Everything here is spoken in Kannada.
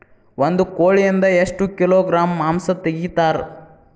ಒಂದು ಕೋಳಿಯಿಂದ ಎಷ್ಟು ಕಿಲೋಗ್ರಾಂ ಮಾಂಸ ತೆಗಿತಾರ?